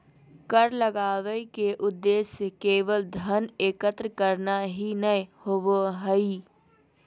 कर लगावय के उद्देश्य केवल धन एकत्र करना ही नय होबो हइ